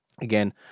again